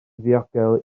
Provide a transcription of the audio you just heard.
ddiogel